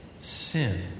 Sin